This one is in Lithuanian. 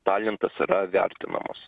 talentas yra vertinamas